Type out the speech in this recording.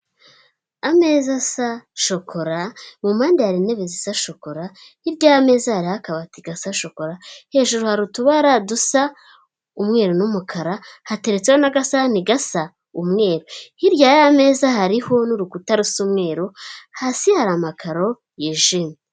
Ameza asa shokora mu mpande hari intebe zisa shokora, hirya y'ameza hariho akabati gasa shokora, hejuru hari utubara dusa umweru n'umukara hateretseho n'agasahani gasa umweru, hirya y'ameza hariho n'urukuta rw'umweru hasi hari amakaro yijimye.